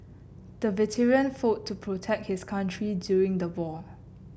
the veteran fought to protect his country during the war